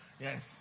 Yes